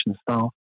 staff